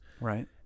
Right